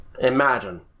Imagine